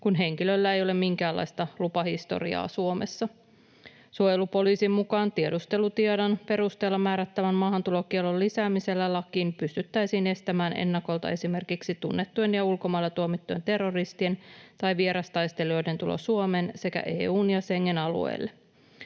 kun henkilöllä ei ole minkäänlaista lupahistoriaa Suomessa. Suojelupoliisin mukaan tiedustelutiedon perusteella määrättävän maahantulokiellon lisäämisellä lakiin pystyttäisiin estämään ennakolta esimerkiksi tunnettujen ja ulkomailla tuomittujen terroristien tai vierastaistelijoiden tulo Suomen sekä EU:n alueelle